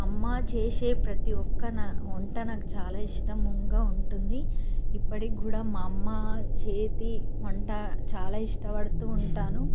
అమ్మ చేసే ప్రతి ఒక్క నా వంట నాకు చాలా ఇష్టముగా ఉంటుంది ఇప్పటికి కూడా మా అమ్మ చేతి వంట చాలా ఇష్టపడుతూ ఉంటాను